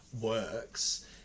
works